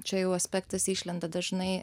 čia jau aspektas išlenda dažnai